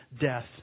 death